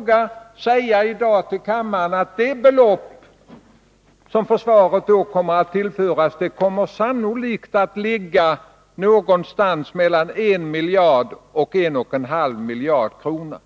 Jag vågar i dag säga till kammaren att det belopp som försvaret då tillförs sannolikt kommer att ligga någonstans mellan 1 och 1,5 miljarder kronor.